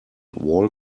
wall